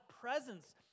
presence